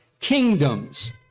kingdoms